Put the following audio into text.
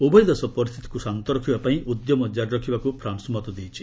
ଉଭୟ ଦେଶ ପରିସ୍ଥିତିକୁ ଶାନ୍ତ ରଖିବା ପାଇଁ ଉଦ୍ୟମ ଜାରି ରଖିବାକୁ ଫ୍ରାନ୍ସ ମତ ଦେଇଛି